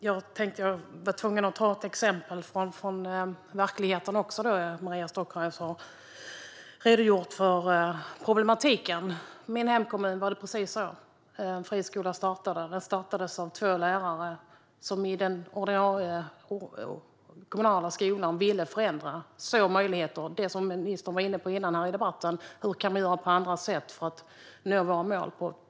Fru talman! Jag är också tvungen att ta ett exempel från verkligheten. Maria Stockhaus har ju redogjort för problematiken här. I min hemkommun startades en friskola av två lärare som i den ordinarie kommunala skolan ville förändra och såg möjligheter att, som ministern var inne på här tidigare i debatten, göra på andra sätt för att nå sina mål.